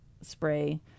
spray